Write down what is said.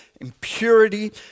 impurity